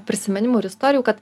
prisiminimų ir istorijų kad